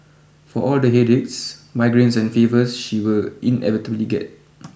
for all the headaches migraines and fevers she will inevitably get